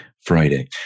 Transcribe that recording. Friday